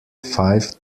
five